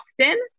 often